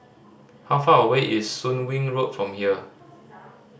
how far away is Soon Wing Road from here